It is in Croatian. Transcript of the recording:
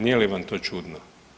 Nije li vam to čudno?